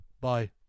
Bye